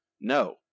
No